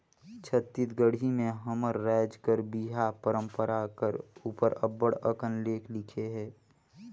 छत्तीसगढ़ी में हमर राएज कर बिहा परंपरा कर उपर अब्बड़ अकन लेख लिखे हे